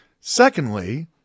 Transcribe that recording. Secondly